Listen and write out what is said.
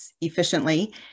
efficiently